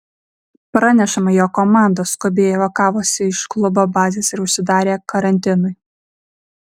pranešama jog komanda skubiai evakavosi iš klubo bazės ir užsidarė karantinui